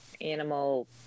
animal